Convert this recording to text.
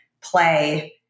play